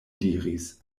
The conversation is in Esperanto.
diris